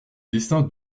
desseins